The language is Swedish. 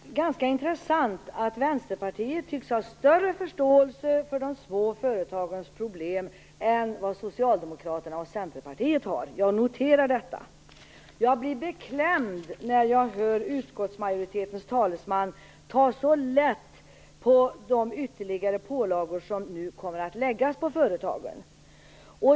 Fru talman! Det är ganska intressant att Vänsterpartiet tycks ha större förståelse för de små företagens problem än vad Socialdemokraterna och Centerpartiet har. Jag noterar detta. Jag blir beklämd när jag hör utskottsmajoritetens talesman ta så lätt på de ytterligare pålagor som nu kommer att läggas på företagen.